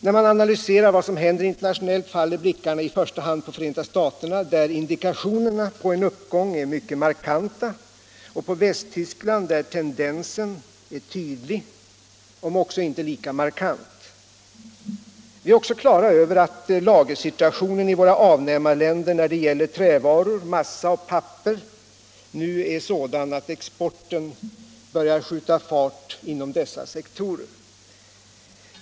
När man analyserar vad som händer internationellt faller blickarna i första hand på Förenta staterna, där indikationerna på en uppgång är mycket markanta, och på Västtyskland, där tendensen är tydlig om också inte lika markant. Vi är också på det klara med att lagersituationen i våra avnämarländer när det gäller trävaror, massa och papper nu är sådan att exporten börjar skjuta fart inom dessa sektorer.